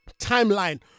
timeline